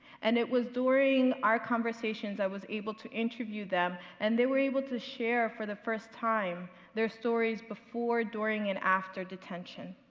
and it was during our conversations i was able to interview them and they were able to share for the first time their stories before, during, and after detention.